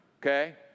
okay